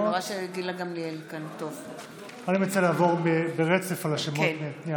אני מציע לעבור ברצף על השמות מהאות א'.